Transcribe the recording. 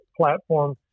platform